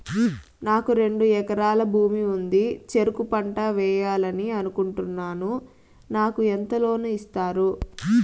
నాకు రెండు ఎకరాల భూమి ఉంది, చెరుకు పంట వేయాలని అనుకుంటున్నా, నాకు ఎంత లోను ఇస్తారు?